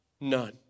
none